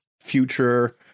future